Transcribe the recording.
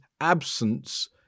absence